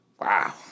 Wow